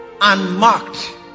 unmarked